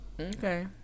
Okay